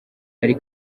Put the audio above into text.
ari